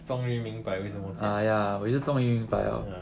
终于明白为什么这样子